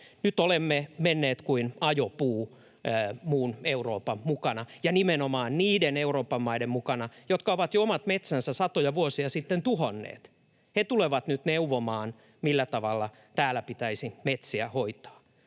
Nyt olemme menneet kuin ajopuu muun Euroopan mukana ja nimenomaan niiden Euroopan maiden mukana, jotka ovat jo omat metsänsä satoja vuosia sitten tuhonneet. He tulevat nyt neuvomaan, millä tavalla täällä pitäisi metsiä hoitaa.